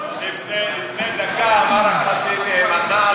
לפני דקה אמר אחמד טיבי,